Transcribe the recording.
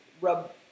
rub